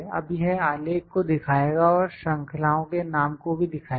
अब यह आलेख को दिखाएगा और श्रृंखलाओ के नाम को भी दिखाएगी